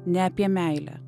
ne apie meilę